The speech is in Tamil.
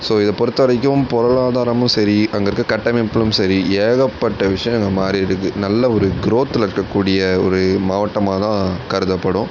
ஸோ இதை பொறுத்தவரைக்கும் பொருளாதாரமும் சரி அங்கே இருக்கற கட்டமைப்புகளும் சரி ஏகப்பட்ட விஷயங்கள் மாறி இருக்குது நல்ல ஒரு க்ரோத்தில் இருக்கக்கூடிய ஒரு மாவட்டமாக தான் கருதப்படும்